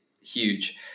huge